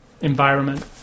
environment